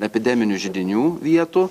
epideminių židinių vietų